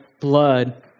blood